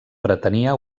pretenia